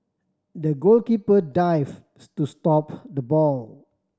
the goalkeeper dive to stop the ball